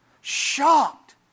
shocked